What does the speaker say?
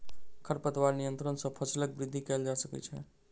खरपतवार नियंत्रण सॅ फसीलक वृद्धि कएल जा सकै छै